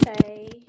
say